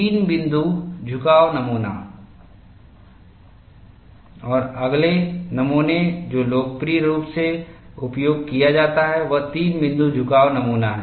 तीन बिंदु झुकाव नमूना और अगले नमूने जो लोकप्रिय रूप से उपयोग किया जाता है वह तीन बिंदु झुकाव नमूना है